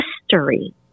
history